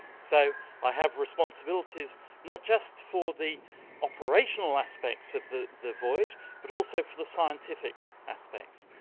so i have responsibilities not just for the operational aspects of the the voyage but also for the scientific aspects.